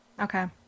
Okay